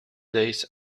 days